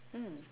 mm